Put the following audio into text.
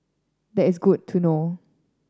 that is good to know